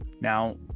now